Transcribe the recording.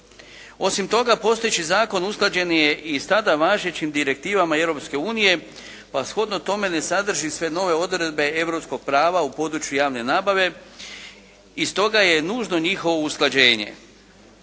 Osim toga, postojeći zakon usklađen je i sa tada važećim direktivama Europske unije, pa shodno tome ne sadrži sve nove odredbe europskog prava u području javne nabave i stoga je nužno njihovo usklađenje.